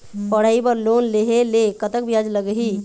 पढ़ई बर लोन लेहे ले कतक ब्याज लगही?